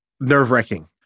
nerve-wracking